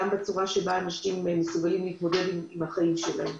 גם בצורה שבה אנשים מסוגלים להתמודד עם החיים שלהם